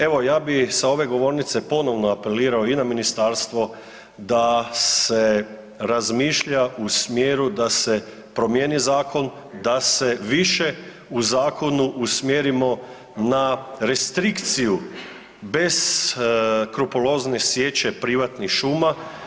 Evo ja bih sa ove govornice ponovno apelirao i na ministarstvo da se razmišlja u smjeru da se promijeni zakon, da se više u zakonu usmjerimo na restrikciju bezkrupulozne sječe privatnih šuma.